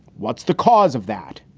what's the cause of that?